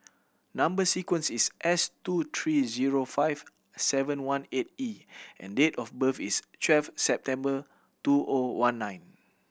number sequence is S two three zero five seven one eight E and date of birth is twelve September two O one nine